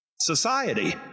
society